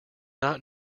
not